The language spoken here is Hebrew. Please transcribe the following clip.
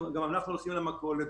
גם אנחנו הולכים למכולת,